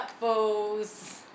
balls